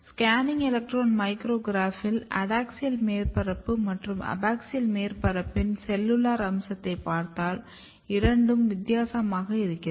scanning electron மைக்ரோகிராப்பில் adaxial மேற்பரப்பு மற்றும் அபாக்ஸியல் மேற்பரப்பின் செல்லுலார் அம்சத்தை பார்த்தால் இரண்டும் வித்தியாசமாக இருக்கிறது